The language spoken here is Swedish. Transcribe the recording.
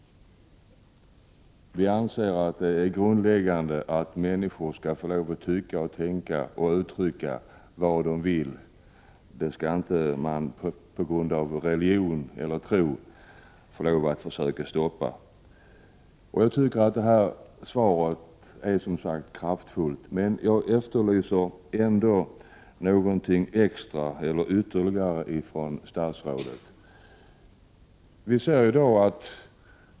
Vi anser att det är grundläggande att människor får lov att tycka, tänka och uttrycka vad de vill. Det skall man inte på grund av religion eller tro få försöka stoppa. Jag tycker som sagt att svaret är kraftfullt, men jag efterlyser ändå någonting ytterligare från statsrådet.